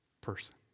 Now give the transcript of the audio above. person